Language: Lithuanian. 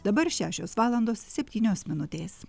dabar šešios valandos septynios minutės